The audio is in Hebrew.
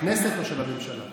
הכנסת או של הממשלה.